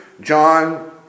John